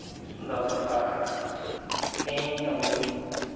ᱫᱚ ᱫᱚᱨᱠᱟᱨ ᱠᱟᱱᱟ ᱛᱤᱦᱤᱧ ᱟᱵᱚ